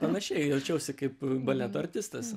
panašiai jaučiausi kaip baleto artistas